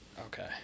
Okay